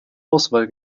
auswahl